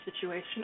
situation